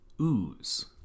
ooze